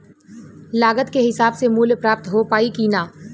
लागत के हिसाब से मूल्य प्राप्त हो पायी की ना?